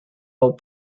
all